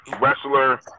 wrestler